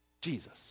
Jesus